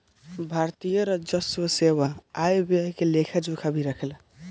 भारतीय राजस्व सेवा आय व्यय के लेखा जोखा भी राखेले